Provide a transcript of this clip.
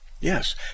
Yes